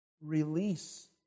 release